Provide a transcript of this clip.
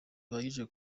bihagije